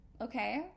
okay